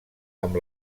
amb